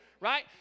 Right